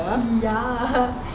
ya